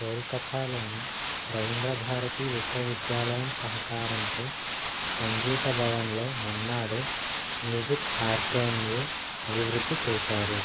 కోల్కతాలోని రవీంద్ర భారతి విశ్వవిద్యాలయం సహకారంతో సంగీత భవన్లో మన్నాడే మ్యూజిక్ ఆర్కైవ్ను అభివృద్ధి చేశారు